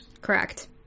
Correct